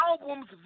albums